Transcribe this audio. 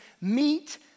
meet